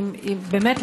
באמת,